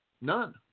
None